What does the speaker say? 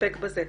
נסתפק בזה.